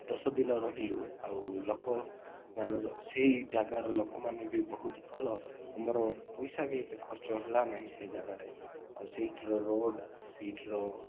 ଦଶ ଦିନ ରହିଲୁ ଆଉ ଲୋକମାନର ସେଇ ଜାଗାର ଲୋକମାନେ ବି ବହୁତ ଭଲ ଆମର ପଇସା ବି ଏତେ ଖର୍ଚ୍ଚ ହେଲା ନାହିଁ ସେ ଜାଗାରେ ଆଉ ସେଇଟିର ରୋଡ଼ ସେଇଟିର